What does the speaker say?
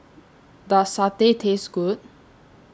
Does Satay Taste Good